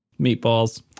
meatballs